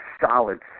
solid